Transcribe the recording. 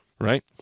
Right